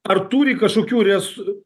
ar turi kažkokių res